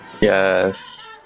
Yes